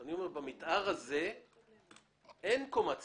במתאר הזה אין קומה ציבורית.